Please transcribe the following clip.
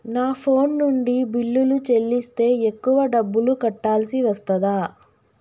నా ఫోన్ నుండి బిల్లులు చెల్లిస్తే ఎక్కువ డబ్బులు కట్టాల్సి వస్తదా?